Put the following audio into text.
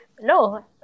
No